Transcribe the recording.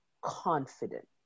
confident